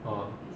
ah